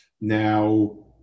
Now